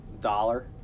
dollar